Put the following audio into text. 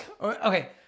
Okay